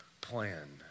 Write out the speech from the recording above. plan